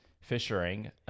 fishing